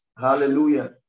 Hallelujah